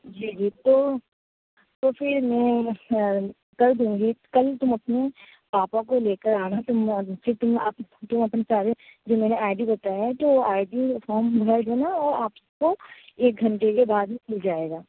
جی جی تو تو پھر میں کر دوں گی کل تم اپنے پاپا کو لے کر آنا تم پھر تم تم اپنے پیرنٹس کی جو آئی ڈی بتایا تو آئی ڈی اور فارم آپ کو ایک گھنٹے کے بعد میں مل جائے گا